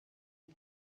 and